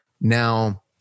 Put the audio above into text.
now